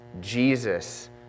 Jesus